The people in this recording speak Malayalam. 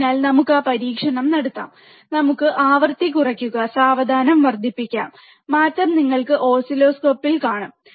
അതിനാൽ നമുക്ക് ആ പരീക്ഷണം നടത്താം നമുക്ക് ആവൃത്തി കുറയ്ക്കുക സാവധാനം വർദ്ധിപ്പിക്കാം മാറ്റം നിങ്ങൾ ഓസിലോസ്കോപ്പിൽ കാണും